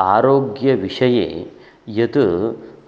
आरोग्यविषये यत्